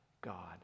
God